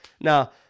Now